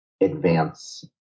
advance